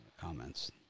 comments